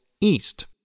East